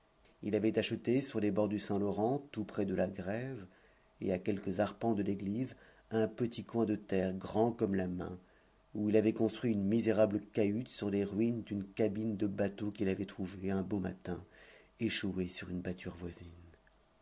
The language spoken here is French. il avait acheté sur les bords du saint-laurent tout près de la grève et à quelques arpents de l'église un petit coin de terre grand comme la main où il avait construit une misérable cahute sur les ruines d'une cabine de bateau qu'il avait trouvée un beau matin échouée sur une batture voisine